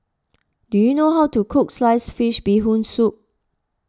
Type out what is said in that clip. do you know how to cook Sliced Fish Bee Hoon Soup